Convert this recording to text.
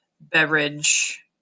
beverage